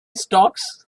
stocks